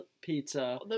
pizza